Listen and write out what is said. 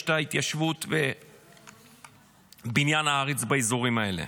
את ההתיישבות ובניין הארץ באזורים האלה.